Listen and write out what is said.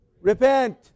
Repent